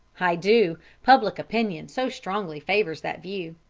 i do. public opinion so strongly favours that view.